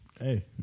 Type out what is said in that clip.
hey